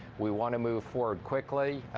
we want to move forward quickly.